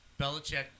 Belichick